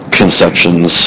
conceptions